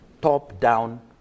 top-down